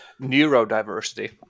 Neurodiversity